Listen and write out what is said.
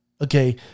okay